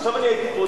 עכשיו אני הייתי פה,